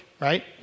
Right